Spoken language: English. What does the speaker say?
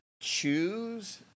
choose